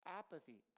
apathy